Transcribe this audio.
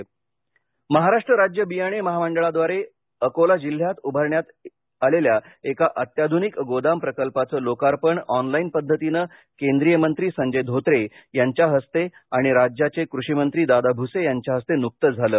गोदाम अकोला महाराष्ट राज्य बियाणे महामंडळद्वारे अकोला जिल्ह्यात उभारण्यात एका अत्याध्रनिक गोदाम प्रकल्पाचं लोकार्पण ऑनलाईन पद्धतीनं केंद्रीय मंत्री संजय धोत्रे यांच्या हस्ते आणि राज्याचे क्रषी मंत्री दादा भूसे यांच्या हस्ते न्कतंच झालं